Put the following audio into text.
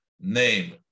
name